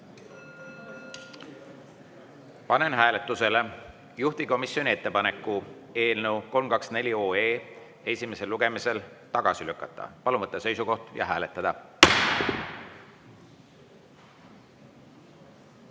Panen hääletusele juhtivkomisjoni ettepaneku eelnõu 324 esimesel lugemisel tagasi lükata. Palun võtta seisukoht ja hääletada!